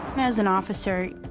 as an officer,